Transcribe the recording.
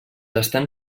estan